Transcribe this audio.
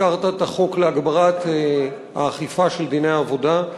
הזכרת את החוק להגברת האכיפה של דיני העבודה,